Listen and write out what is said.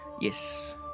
Yes